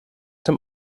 dem